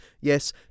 yes